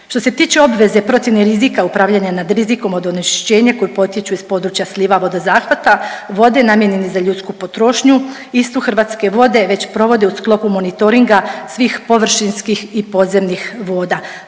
Što se tiče obveze procjene rizika upravljanja nad rizikom od onečišćenja koji potječu iz područja sliva vodozahvata, vode namijenjene za ljudsku potrošnju, istu Hrvatske vode već provode u sklopu monitoringa svih površinskih i podzemnih voda.